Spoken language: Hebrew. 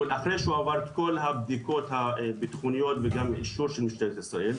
אחרי שהוא עבר את כל הבדיקות הביטחוניות וגם אישור של משטרת ישראל.